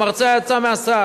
המרצע יצא מהשק.